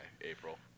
April